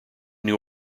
new